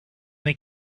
they